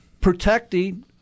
protecting